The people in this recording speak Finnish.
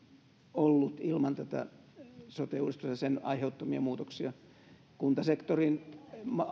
ollut ilman tätä sote uudistusta ja sen aiheuttamia muutoksia kuntasektorin